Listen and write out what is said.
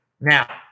now